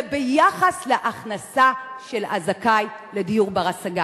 וביחס להכנסה של הזכאי לדיור בר-השגה.